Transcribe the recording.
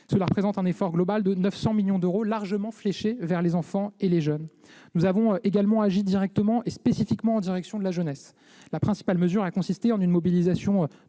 Cela représente un effort global de 900 millions d'euros, largement fléché vers les enfants et vers les jeunes. Nous avons également agi directement et spécifiquement en direction de la jeunesse. La principale mesure a consisté en une mobilisation